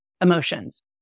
emotions